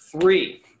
Three